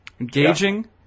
Engaging